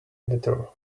editor